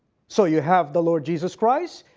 so you have the lord jesus christ,